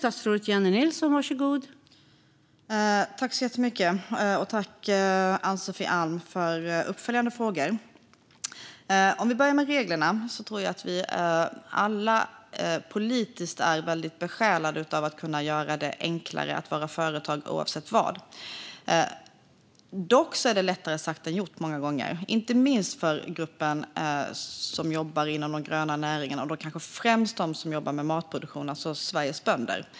Fru talman! Tack, Ann-Sofie Alm, för uppföljande frågor! Om vi börjar med reglerna tror jag att vi alla politiskt är väldigt besjälade av att kunna göra det enklare att vara företagare, oavsett bransch. Dock är det lättare sagt än gjort många gånger, inte minst för den grupp som jobbar inom de gröna näringarna och då kanske främst de som jobbar med matproduktion, alltså Sveriges bönder.